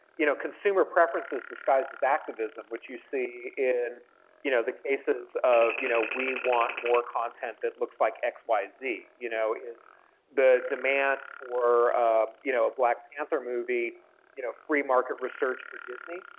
you know, consumer preference disguised as activism, which you see in you know the cases of, you know, we want more content that looks like x, y, z. you know is the demand for a you know black panther movie you know free market research for disney?